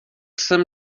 jsem